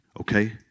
Okay